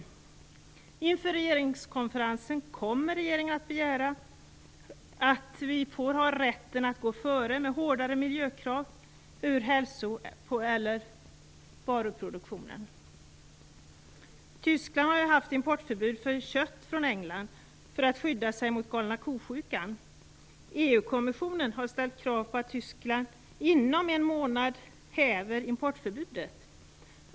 Kommer regeringen inför regeringskonferensen att begära att vi får rätten att gå före med hårdare miljökrav när det gäller varuproduktionen? Tyskland har ju, för att skydda sig mot galna-kosjukan, haft importförbud för kött från England. EU kommissionen har ställt krav på att Tyskland inom en månad häver importförbudet.